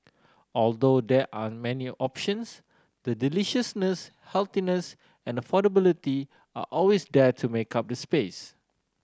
although there aren't many options the deliciousness healthiness and affordability are always there to make up the space